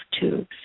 tubes